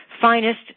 finest